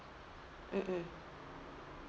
mm mm